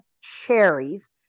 cherries